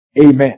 Amen